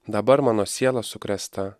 dabar mano siela sukrėsta